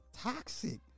toxic